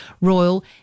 Royal